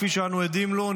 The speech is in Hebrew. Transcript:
כפי שאנו עדים לו,